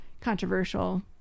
controversial